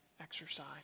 exercise